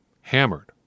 Hammered